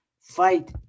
fight